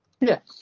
yes